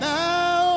now